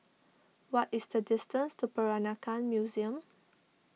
what is the distance to Peranakan Museum